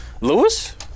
Lewis